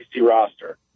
roster